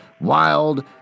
Wild